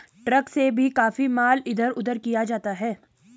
truck से भी काफी माल इधर उधर किया जाता है